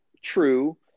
True